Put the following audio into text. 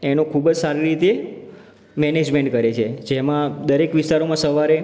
એનું ખૂબ જ સારી રીતે મૅનેજમેન્ટ કરે છે જેમાં દરેક વિસ્તારોમાં સવારે